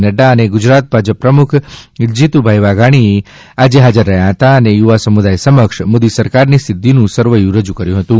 નફા અને ગુજરાત ભાજપ પ્રમુખ જીતુભાઈ વાઘાણી આજે હાજર રહ્યા હતા અને યુવા સમુદાય સમક્ષ મોદી સરકારની સિધ્ધીનું સરવૈયું રજૂ કર્યું હતું